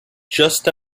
just